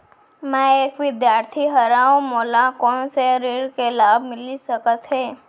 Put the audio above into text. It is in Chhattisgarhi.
मैं एक विद्यार्थी हरव, मोला कोन से ऋण के लाभ मिलिस सकत हे?